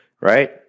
right